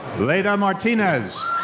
leyda martinez.